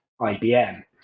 IBM